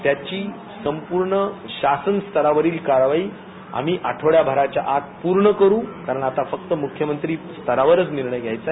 त्याची संपूर्ण शासन स्तरावरील कारवाई आम्ही आठवडाभराच्या आत पूर्ण करु कारण आता फक्त मुख्यमंत्री स्तरावरवरच निर्णय घ्यायचा आहे